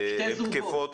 שני זוגות.